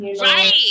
Right